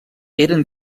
eren